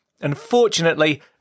Unfortunately